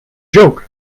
joke